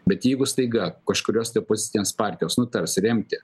bet jeigu staiga kažkurios tai opozicinės partijos nutars remti